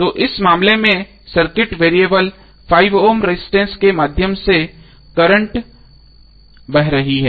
तो इस मामले में सर्किट वेरिएबल 5 ओम रेजिस्टेंस के माध्यम से करंट बह रही है